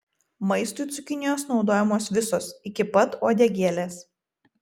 maistui cukinijos naudojamos visos iki pat uodegėlės